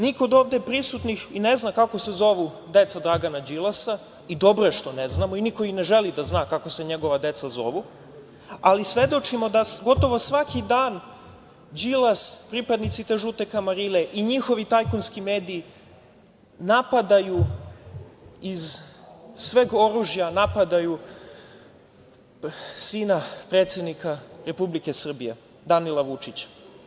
Niko ovde od prisutnih i ne zna kako se zovu deca Dragana Đilasa i dobro je što ne znamo, i niko i ne želi da zna kako se njegova deca zovu, ali svedočimo da gotovo svaki dan Đilas, pripadnici te žute kamarile i njihovi tajkunski mediji napadaju iz sveg oružja napadaju sina predsednika Republike Srbije, Danila Vučića.